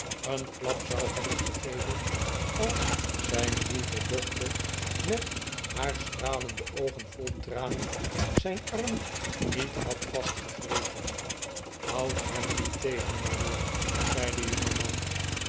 een klap zou hebben gegeven als zijn lieve dochter met haar stralende oogen vol tranen zijn arm niet had vastgegrepen houd hem niet tegen maria zei de jongeman